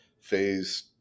phase